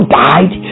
died